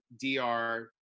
D-R